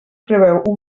preveu